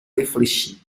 réfléchi